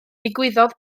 digwyddodd